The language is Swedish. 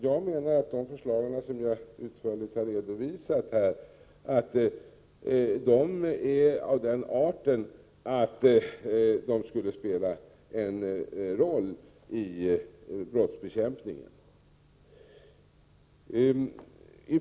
Jag menar att de förslagen, som jag utförligt har redovisat, är av den arten att de skulle spela en viktig roll i brottsbekämpningen.